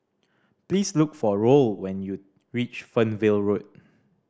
please look for Roll when you reach Fernvale Road